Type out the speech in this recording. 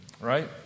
right